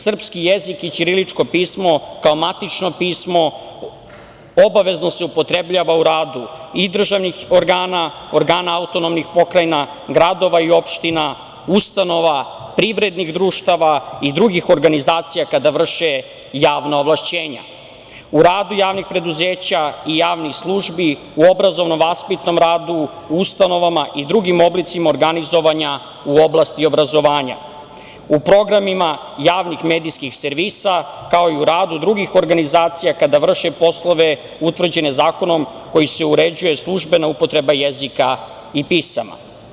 Srpski jezik i ćirilično pismo kao matično pismo obavezno se upotrebljava u radu i državnih organa, organa autonomnih pokrajina, gradova i opština, ustanova, privrednih društava i drugih organizacija kada vrše javna ovlašćenja, u radu javnih preduzeća i javnih službi, u obrazovno-vaspitnom radu, u ustanovama i drugim oblicima organizovanja u oblasti obrazovanja, u programima javnih medijskih servisa, kao i u radu drugih organizacija kada vrše poslove utvrđene zakonom kojim se uređuje službena upotreba jezika i pisama.